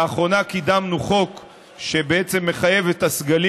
לאחרונה קידמנו חוק שבעצם מחייב את הסגלים